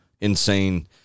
insane